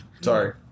Sorry